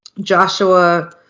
Joshua